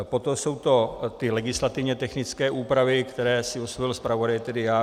Poté jsou to ty legislativně technické úpravy, které si osvojil zpravodaj, tedy já.